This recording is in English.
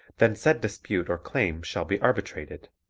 then said dispute or claim shall be arbitrated.